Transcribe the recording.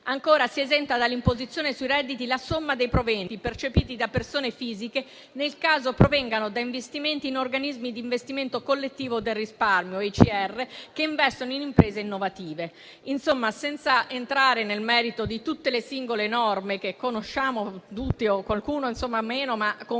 Ancora, si esenta dall'imposizione sui redditi la somma dei proventi percepiti da persone fisiche nel caso provengano da investimenti in organismi di investimento collettivo del risparmio, che investono in imprese innovative. Insomma, senza entrare nel merito di tutte le singole norme che conosciamo tutti - qualcuno magari un po'